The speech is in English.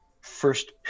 first